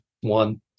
One